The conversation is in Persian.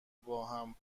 باهم